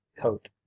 coat